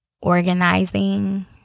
organizing